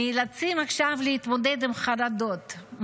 נאלצים עכשיו להתמודד עם חרדות,